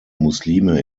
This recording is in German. muslime